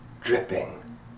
dripping